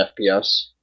FPS